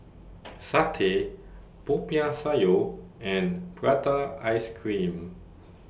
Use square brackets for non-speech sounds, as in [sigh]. [noise] Satay Popiah Sayur and Prata Ice Cream